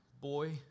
boy